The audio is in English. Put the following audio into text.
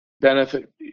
benefit